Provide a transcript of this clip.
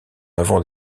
avant